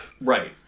Right